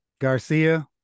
Garcia